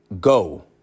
go